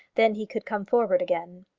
then he could come forward again.